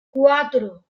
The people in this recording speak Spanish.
cuatro